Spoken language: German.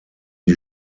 die